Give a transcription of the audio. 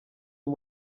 uyu